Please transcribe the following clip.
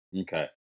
Okay